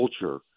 culture